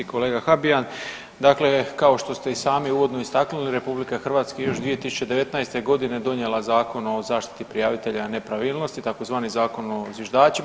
Kolega Habijan, dakle kao što ste i sami uvodno istaknuli RH je još 2019.g. donijela Zakon o zaštiti prijavitelja nepravilnosti tzv. Zakon o zviždačima.